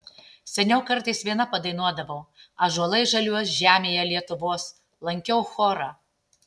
seniau kartais viena padainuodavau ąžuolai žaliuos žemėje lietuvos lankiau chorą